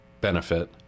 benefit